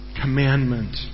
commandment